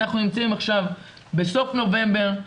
אנחנו נמצאים עכשיו בסוף נובמבר,